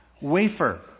wafer